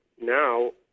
now